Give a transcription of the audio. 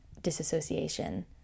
disassociation